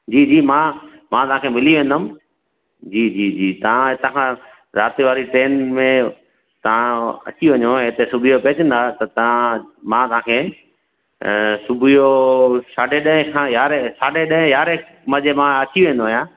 जी जी मां मां तव्हांखे मिली वेंदुमि जी जी जी तव्हां हितां खां राति वारी ट्रेन में तव्हां अची वञो ऐं हिते सुबुह जो पहुंचंदा त तव्हां मां तव्हांखे सुबुह जो साढे ॾहे खां यारहे साढे ॾहे यारहे मां जंहिं महिल अची वेंदो आहियां